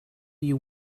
you